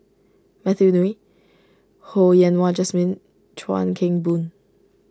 Matthew Ngui Ho Yen Wah Jesmine Chuan Keng Boon